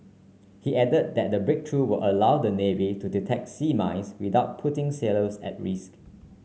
he added that the breakthrough will allow the navy to detect sea mines without putting sailors at risk